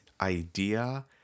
idea